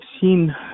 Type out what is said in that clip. seen